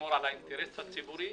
לשמור על האינטרס הציבורי,